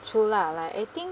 true lah like I think